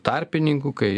tarpininkų kai